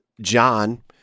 John